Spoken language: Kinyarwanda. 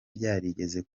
byarigeze